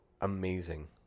amazing